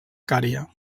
cària